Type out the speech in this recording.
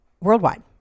worldwide